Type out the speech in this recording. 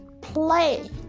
play